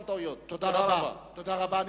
תודה רבה.